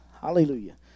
Hallelujah